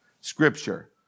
Scripture